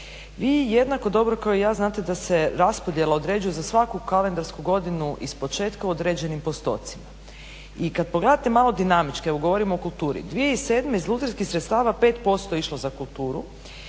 Vi jednako dobro kao i ja znate da se raspodjela određuje za svaku kalendarsku godinu ispočetka u određenim postotcima. I kad pogledate malo dinamičke, evo govorimo o kulturi, 2007. iz lutrijskih sredstava 5% je išlo za kulturu,